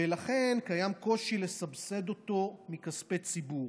ולכן קיים קושי לסבסד אותו מכספי ציבור.